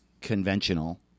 conventional